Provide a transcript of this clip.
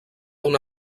una